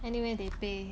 anyway they pay